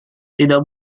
tidak